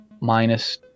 minus